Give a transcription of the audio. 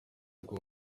bw’u